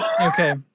Okay